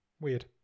Weird